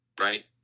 right